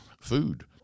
food